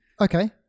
Okay